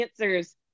answers